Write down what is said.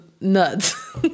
nuts